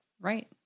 Right